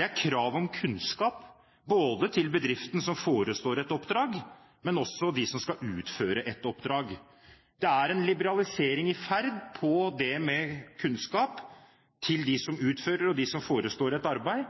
er kravet om kunnskap – både til bedriften som forestår et oppdrag, og til dem som skal utføre et oppdrag. Det er en liberalisering på det med kunnskap til dem som